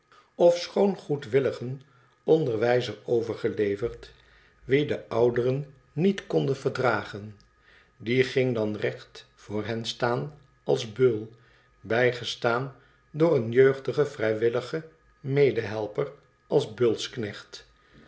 ofschoon goedwilligen onderwijzer overgeleverd wien de ouderen niet konden verdragen die ging dan recht voor hen staan als beul bijgestaan door een jeugdigen vrijwilligen medehelper als